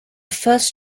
first